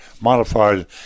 modified